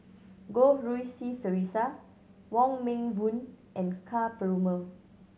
Goh Rui Si Theresa Wong Meng Voon and Ka Perumal